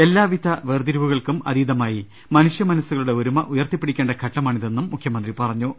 എല്ലാവിധ വേർതിരിവുകൾക്കും അതീതമായി മനുഷ്യ മനസ്സുകളുടെ ഒരുമ ഉയർത്തിപ്പിടിക്കേണ്ട ഘട്ടമാണിതെന്നും മുഖ്യമന്ത്രി പറഞ്ഞു